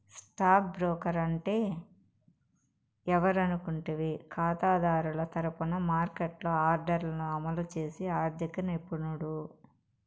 stock broker అంటే ఎవరనుకుంటివి కాతాదారుల తరపున మార్కెట్లో ఆర్డర్లను అమలు చేసి ఆర్థిక నిపుణుడు